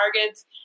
targets